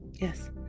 Yes